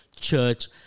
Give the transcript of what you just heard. church